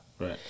Right